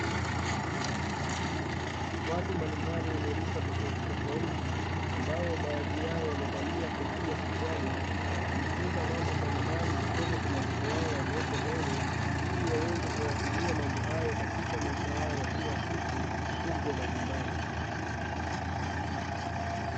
Watu mbalimbali wenye rika tofauti tofauti ambao baadhi yao wamevalia kofia kichwani wakijifunza mambo mbalimbali kutoka kwa mwalimu wao aliyeko mbele, ili waweze kuyatumia mambo hayo katika maisha yao ya kila siku huko majumbani.